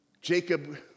Jacob